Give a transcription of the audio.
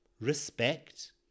Respect